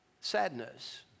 sadness